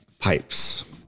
pipes